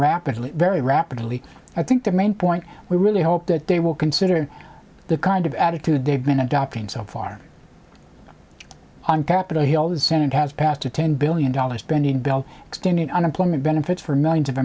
rapidly very rapidly i think their main point we really hope that they will consider the kind of attitude they've been adopting so far on capitol hill the senate has passed a ten billion dollars spending bill extending unemployment benefits for millions of